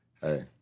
hey